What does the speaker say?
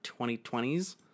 2020s